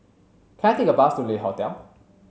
can I take a bus to Le Hotel